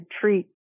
treat